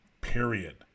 period